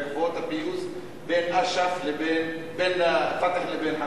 בעקבות הפיוס בין "פתח" לבין "חמאס"?